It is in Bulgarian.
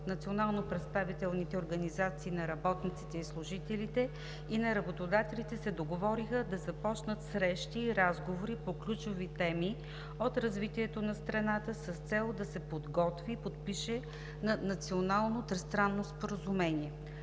– национално представителните организации на работниците и служителите и на работодателите, се договориха да започнат срещи и разговори по ключови теми от развитието на страната с цел да се подготви и подпише национално тристранно споразумение.